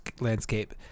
landscape